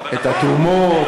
את התרומות,